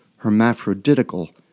hermaphroditical